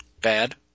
bad